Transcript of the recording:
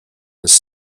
his